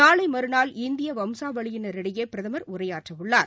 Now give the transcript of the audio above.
நாளைமறுநாள் இந்தியவம்சாவளியினரிடையேபிரதமர் உரையாற்றவுள்ளார்